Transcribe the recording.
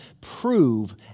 prove